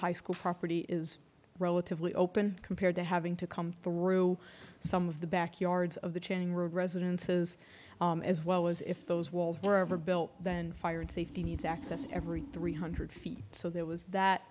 high school property is relatively open compared to having to come through some of the back yards of the changing room residences as well as if those walls were ever built then fire and safety needs access every three hundred feet so there was